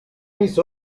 mis